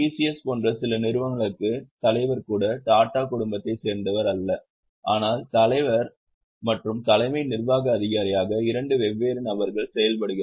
S போன்ற சில நிறுவனங்களுக்கு தலைவர் கூட டாடா குடும்பத்தைச் சேர்ந்தவர் அல்ல ஆனால் தலைவர் மற்றும் தலைமை நிர்வாக அதிகாரியாக 2 வெவ்வேறு நபர்கள் செயல்படுகிறார்கள்